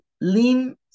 Lim